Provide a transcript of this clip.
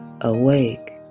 Awake